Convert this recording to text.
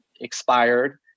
expired